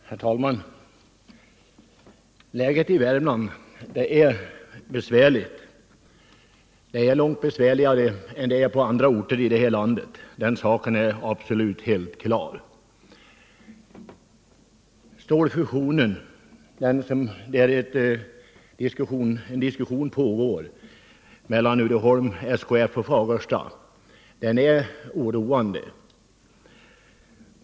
Herr talman! Läget på arbetsmarknaden i Värmland är besvärligt. Det är långt besvärligare än på andra håll i landet. Den diskussion om en stålfusion som pågår mellan Uddeholm, SKF och Fagersta är oroande.